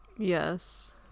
Yes